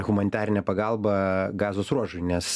humanitarinė pagalba gazos ruožui nes